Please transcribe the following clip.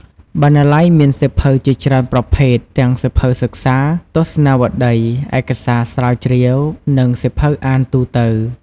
បណ្ណាល័យមានសៀវភៅជាច្រើនប្រភេទ ទាំងសៀវភៅសិក្សា ទស្សនាវដ្ដី ឯកសារស្រាវជ្រាវ និងសៀវភៅអានទូទៅ។